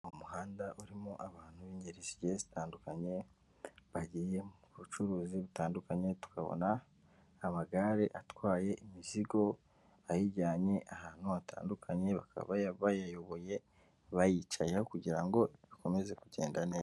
Mu muhanda urimo abantu b'ingeri zigiye zitandukanye, bagiye mu bucuruzi butandukanye tukabona amagare atwaye imizigo ayijyanye ahantu hatandukanye, bakaba bayayoboye bayicayeho kugira ngo ikomeze kugenda neza.